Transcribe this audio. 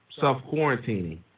self-quarantining